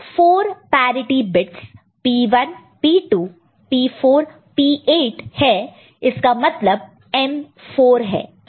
तो यह 4 parity bits P1 P2 P4 P8 है इसका मतलब m 4 है